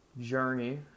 journey